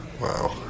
Wow